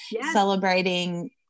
celebrating